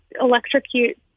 electrocute